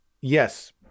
yes